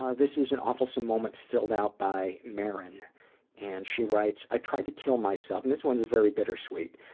ah this is an awfulsome moment filled out by maron and she writes i tried to kill myself this one is very bittersweet